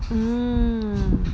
mm